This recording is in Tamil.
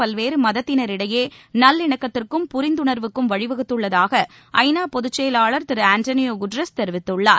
பல்வேறு மதத்தினரிடையே நல்லிணக்கத்திற்கும் புரிந்துணர்வுக்கும் வழிவகுத்துள்ளதாக ஐநா பொதுச் செயலாளர் திரு அன்டோணியோ குட்ரஸ் தெரிவித்துள்ளார்